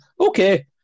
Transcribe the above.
okay